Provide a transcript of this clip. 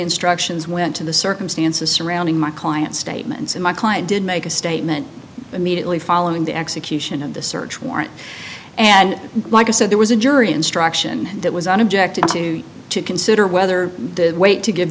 instructions went to the circumstances surrounding my client statements in my client did make a statement immediately following the execution of the search warrant and like i said there was a jury instruction that was an object to consider whether the weight to give